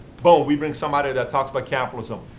boom! we bring somebody that talks about capitalism.